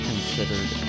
Considered